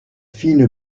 fine